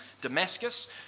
Damascus